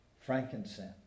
frankincense